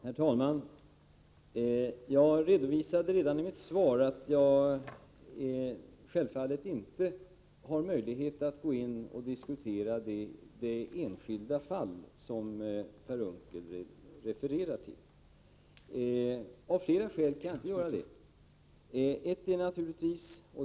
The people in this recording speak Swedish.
Herr talman! Jag redovisade redan i mitt svar att jag självfallet inte har möjlighet att diskutera det enskilda fall som Per Unckel refererar. Jag kan inte göra det, av flera skäl.